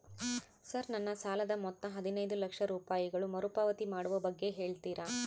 Sir ನನ್ನ ಸಾಲದ ಮೊತ್ತ ಹದಿನೈದು ಲಕ್ಷ ರೂಪಾಯಿಗಳು ಮರುಪಾವತಿ ಮಾಡುವ ಬಗ್ಗೆ ಹೇಳ್ತೇರಾ?